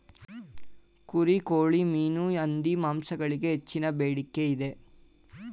ಕುರಿ, ಕೋಳಿ, ಮೀನು, ಹಂದಿ ಮಾಂಸಗಳಿಗೆ ಹೆಚ್ಚಿನ ಬೇಡಿಕೆ ಇದೆ